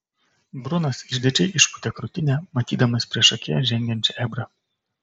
brunas išdidžiai išpūtė krūtinę matydamas priešakyje žengiančią ebrą